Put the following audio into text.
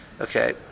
okay